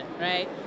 right